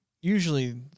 Usually